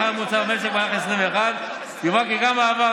הממוצע במהלך 2021. יובהר כי גם בעבר,